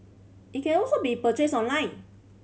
it can also be purchase online